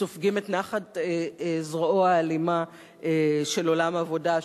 סופגים את נחת זרועו האלימה של עולם העבודה,